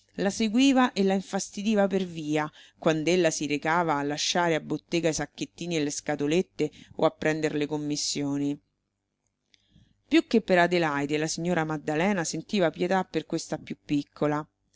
la seguiva e la infastidiva per via quand'ella si recava a lasciare a bottega i sacchettini e le scatolette o a prender le commissioni più che per adelaide la signora maddalena sentiva pietà per questa più piccola